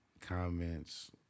comments